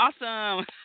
awesome